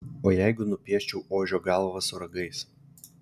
o jeigu nupieščiau ožio galvą su ragais